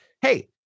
Hey